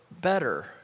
better